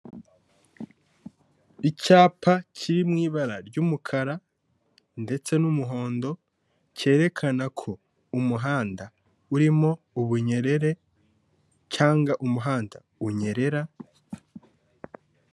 Icyapa kiri mu ibara ry'umukara ndetse n'umuhondo cyerekana ko umuhanda urimo ubunyerere cyangwa umuhanda unyerera.